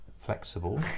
flexible